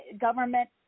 Government